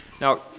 Now